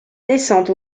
descente